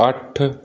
ਅੱਠ